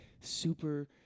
super